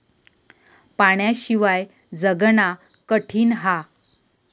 पाण्याशिवाय जगना कठीन हा